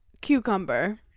Cucumber